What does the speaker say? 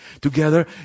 together